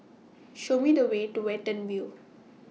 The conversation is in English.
Show Me The Way to Watten View